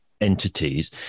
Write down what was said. entities